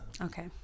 okay